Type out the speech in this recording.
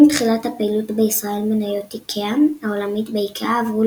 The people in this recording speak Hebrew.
עם תחילת הפעילות בישראל מניות איקאה העולמית באיקאה ישראל עברו